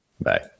Bye